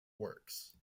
works